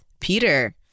Peter